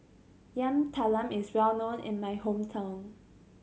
Yam Talam is well known in my hometown